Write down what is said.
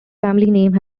names